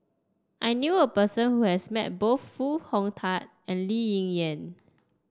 I knew a person who has met both Foo Hong Tatt and Lee Yen